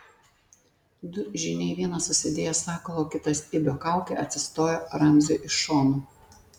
du žyniai vienas užsidėjęs sakalo o kitas ibio kaukę atsistojo ramziui iš šonų